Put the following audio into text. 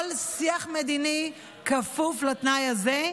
כל שיח מדיני כפוף לתנאי הזה,